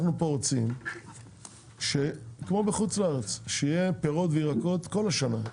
אנחנו רוצים כמו בחוץ לארץ שיהיו פירות וירקות כל השנה,